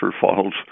falls